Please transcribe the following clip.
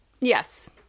yes